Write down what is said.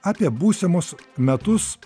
apie būsimus metus